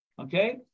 okay